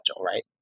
right